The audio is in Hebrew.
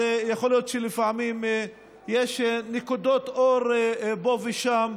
יכול להיות שלפעמים יש נקודות אור פה ושם,